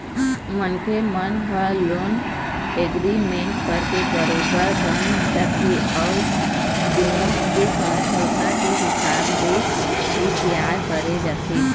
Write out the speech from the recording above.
मनखे मन ह लोन एग्रीमेंट करके बरोबर बंध जाथे अउ दुनो के समझौता के हिसाब ले ही तियार करे जाथे